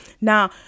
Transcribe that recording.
now